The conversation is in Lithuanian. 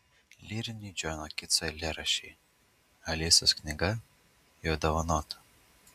lyriniai džono kitso eilėraščiai alisos knyga jo dovanota